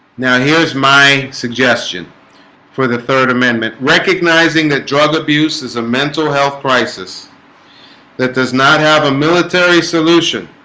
now here's my suggestion for the third amendment recognizing that drug abuse is a mental health crisis that does not have a military solution